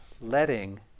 Letting